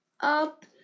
up